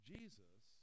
Jesus